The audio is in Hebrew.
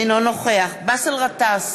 אינו נוכח באסל גטאס,